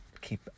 keep